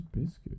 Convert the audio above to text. Biscuit